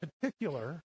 particular